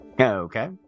Okay